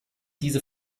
diese